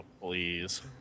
please